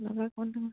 লগৰ